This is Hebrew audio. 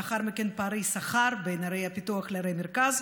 לאחר מכן פערי שכר בין ערי הפיתוח וערי המרכז,